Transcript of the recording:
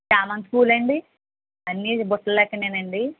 చామంతి పూలండీ అన్నీ బుట్టలెక్కనేనండీ